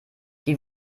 die